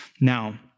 Now